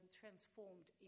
transformed